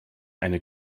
eine